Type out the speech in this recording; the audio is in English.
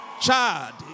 Chad